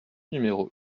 numéro